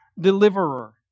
deliverer